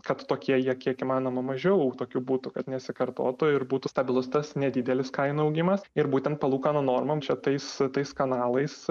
kad tokie jie kiek įmanoma mažiau tokių būtų kad nesikartotų ir būtų stabilus tas nedidelis kainų augimas ir būtent palūkanų normom čia tais tais kanalais